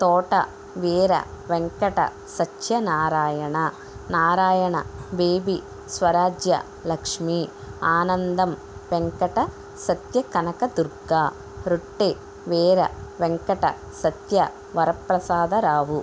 తోట వీర వెంకట సత్యనారాయణ నారాయణ బేబీ స్వరాజ్య లక్ష్మీ ఆనందం వెంకట సత్యకనకదుర్గ రొట్టె వీర వెంకట సత్య వరప్రసాదరావు